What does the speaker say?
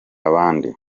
abandi